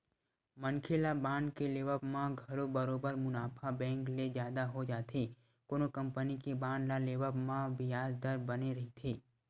मनखे ल बांड के लेवब म घलो बरोबर मुनाफा बेंक ले जादा हो जाथे कोनो कंपनी के बांड ल लेवब म बियाज दर बने रहिथे